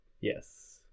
Yes